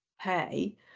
pay